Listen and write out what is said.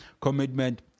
commitment